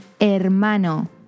Hermano